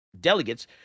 Delegates